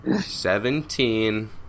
Seventeen